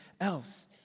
else